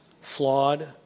flawed